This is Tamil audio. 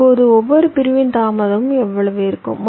இப்போது ஒவ்வொரு பிரிவின் தாமதமும் எவ்வளவு இருக்கும்